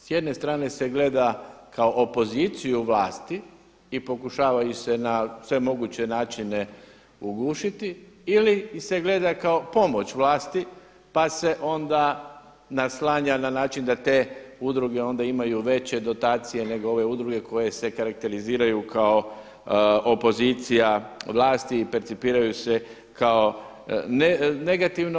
S jedne strane se gleda kao opoziciju vlasti i pokušavaju se na sve moguće načine ugušiti, ili ih se gleda kao pomoć vlasti pa se onda naslanja na način da te udruge onda imaju veće dotacije, nego ove udruge koje se karakteriziraju kao opozicija vlasti i percipiraju se kao negativno.